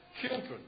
children